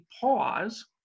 pause